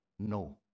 No